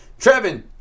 Trevin